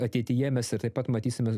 ateityje mes ir taip pat matysime